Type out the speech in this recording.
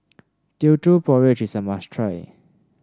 Teochew Porridge is a must try